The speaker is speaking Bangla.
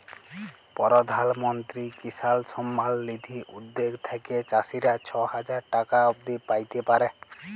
পরধাল মলত্রি কিসাল সম্মাল লিধি উদ্যগ থ্যাইকে চাষীরা ছ হাজার টাকা অব্দি প্যাইতে পারে